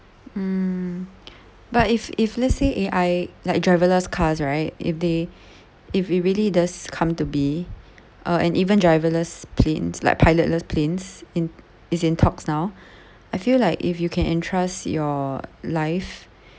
mm but if if let's say A_I like driverless cars right if they if it really does come to be uh an even driverless planes like pilotless planes in is in talks now I feel like if you can entrust your life